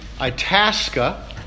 Itasca